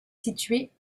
située